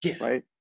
Right